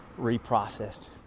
reprocessed